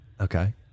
Okay